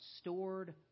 stored